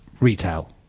retail